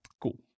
Cool